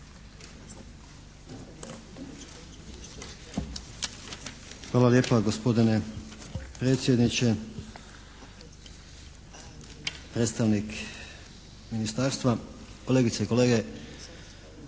Hvala lijepa gospodine predsjedniče. Predstavnik ministarstva, kolegice i kolege